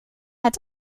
het